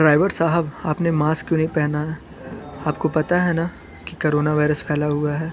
driver साहब आपने mask क्यों नहीं पहना है आपको पता है ना कि करोना वायरस फैला हुआ है